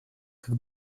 как